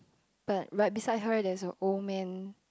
but right beside her there is a old man